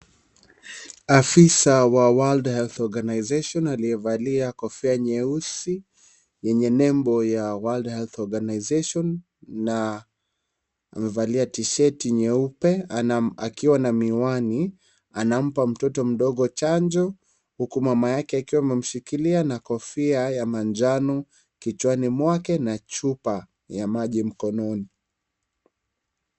Afisa wa World Health Organization aliyevalia kofia nyeusi yenye nembo ya World Health Organization na amevalia t-sheti nyeupe akiwa na miwani anampa mtoto mdogo chanjo huku mama yake akiwa amemshikilia na kofia ya manjano kichwani mwake na chupa ya maji mkononi.